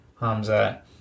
hamza